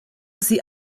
sie